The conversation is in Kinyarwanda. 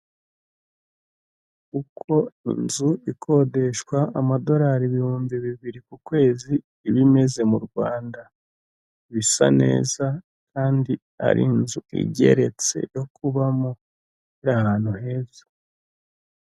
Uko inzu ikodeshwa amadorari ibihumbi bibiri kukwezi iba imeze mu rwanda, iba isa neza kandi ari inzu igeretse yo kubamo iri ahantu heza.